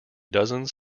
dozens